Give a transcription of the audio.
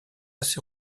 assez